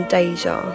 Deja